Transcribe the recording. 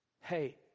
Hey